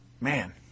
Man